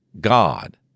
God